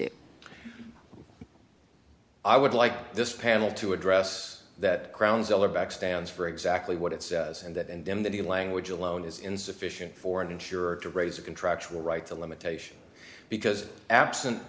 do i would like this panel to address that crown zeller back stands for exactly what it says and that and then that the language alone is insufficient for an insurer to raise a contractual rights a limitation because absent